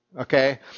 Okay